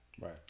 right